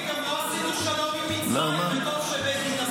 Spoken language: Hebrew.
יריב, גם לא עשינו שלום עם מצרים, וטוב שבגין עשה.